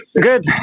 good